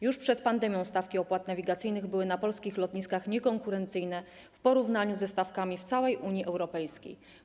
Już przed pandemią stawki opłat nawigacyjnych były na polskich lotniskach niekonkurencyjne w porównaniu ze stawkami w całej Unii Europejskiej.